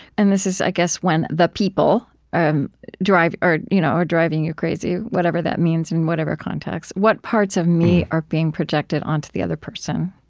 and this is, i guess, when the people um are you know are driving you crazy, whatever that means in whatever context what parts of me are being projected onto the other person?